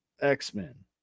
X-Men